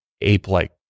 ape-like